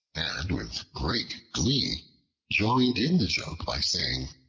and with great glee joined in the joke by saying,